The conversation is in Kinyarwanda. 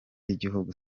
y’igihugu